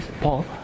Paul